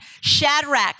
Shadrach